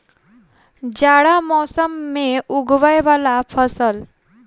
जाड़ा मौसम मे उगवय वला फसल?